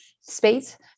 space